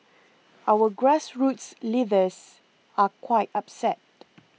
our grassroots leaders are quite upset